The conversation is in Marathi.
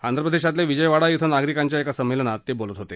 आंध्रप्रेदशातल्या विजयवाडा इथं नागरिकांच्या एका संमेलनात ते बोलत होते